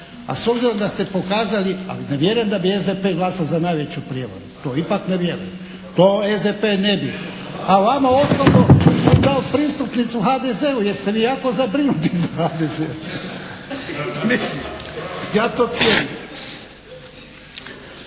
A s obzirom da ste pokazali, ali ne vjerujem da bi SDP glasal za najveću prijevaru, to ipak ne vjerujem. To SDP ne bi, a vama osobno kao pristupnicu u HDZ-u, jeste li jako zabrinuti za HDZ. Mislim, ja to cijenim.